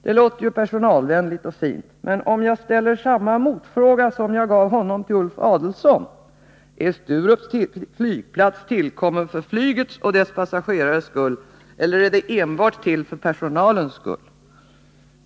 Det låter ju personalvänligt och fint, men jag måste ställa samma motfråga till Ulf Adelsohn som jag gav honom: Är Sturups flygplats tillkommen för flygets och dess passagerares skull, eller är den enbart till för personalens skull?